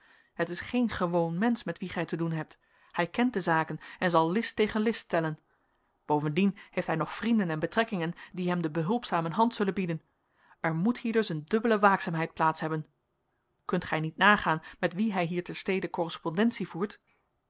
het is geen gewoon mensch met wien gij te doen hebt hij kent de zaken en zal list tegen list stellen bovendien heeft hij nog vrienden en betrekkingen die hem de behulpzame hand zullen bieden er moet hier dus een dubbele waakzaamheid plaats hebben kunt gij niet nagaan met wien hij hier ter stede korrespondentie voert